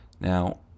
Now